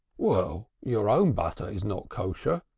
well, your own butter is not kosher,